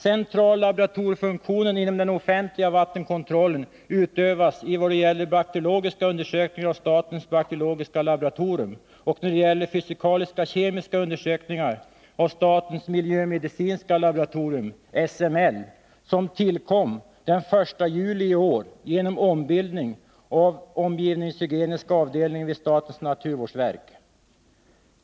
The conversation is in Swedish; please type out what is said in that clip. Centrallaboratoriefunktionen inom den offentliga vattenkontrollen utövas i vad gäller bakteriologiska undersökningar av statens bakteriologiska laboratorium och i vad gäller fysikaliska-kemiska undersökningar av statens miljömedicinska laboratorium SML, som tillkom den 1 juli i år genom ombildning av omgivningshygieniska avdelningen vid statens naturvårdsverk.